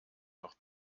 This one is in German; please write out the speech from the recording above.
noch